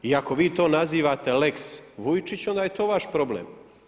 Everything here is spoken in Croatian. I ako vi to nazivate lex Vujčić onda je to vaš problem.